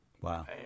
Wow